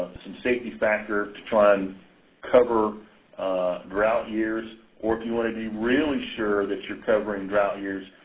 some safety factor to try and cover drought years. or if you want to be really sure that you're covering drought years,